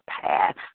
path